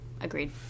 Agreed